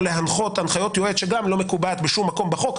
להנחות הנחיות יועץ שגם לא מקובעת בשום מקום בחוק,